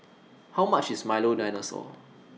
How much IS Milo Dinosaur